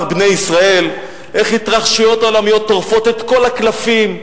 בני ישראל"; איך ההתרחשויות העולמיות טורפות את כל הקלפים,